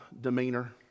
demeanor